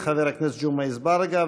חבר הכנסת ג'מעה אזברגה,